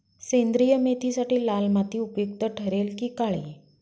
सेंद्रिय मेथीसाठी लाल माती उपयुक्त ठरेल कि काळी?